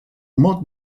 mot